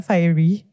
Fiery